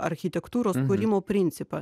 architektūros kūrimo principą